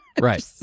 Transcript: Right